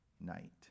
night